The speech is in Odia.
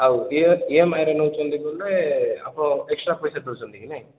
ଆଉ ଇଏ ଇଏମଆଇରେ ନେଉଛନ୍ତି ବୋଲେ ଆପଣ ଏକ୍ସଟ୍ରା ପଇସା ଦେଉଛନ୍ତି କି ନାଇଁ